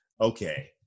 okay